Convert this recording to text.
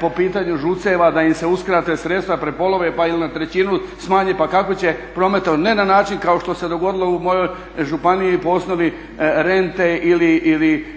po pitanju ŽUC-eva da im se uskrate sredstva, prepolove, pa ili na trećinu smanje. Pa kako će prometovati, ne na način kao što se dogodilo u mojoj županiji po osnovi rente